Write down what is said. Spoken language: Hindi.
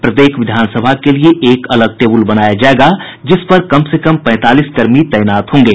प्रत्येक विधान सभा के लिए अलग टेब्रल बनाया जायेगा जिस पर कम से कम पैंतालीस कर्मी तैनात होंगे